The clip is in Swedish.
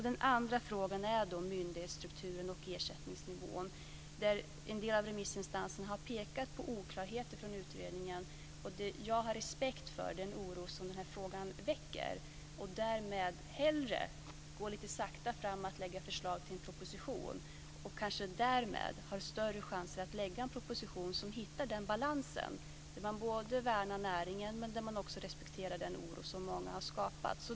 Den andra frågan handlar om myndighetsstrukturen och ersättningsnivån. En del av remissinstanserna har pekat på oklarheter från utredningen. Och jag har respekt för den oro som den här frågan väcker och därmed hellre går lite sakta fram med att lägga fram en proposition och kanske därmed har större chanser att lägga fram en proposition där man har hittat den balans där man både värnar näringen och respekterar den oro som många har skapat.